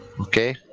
okay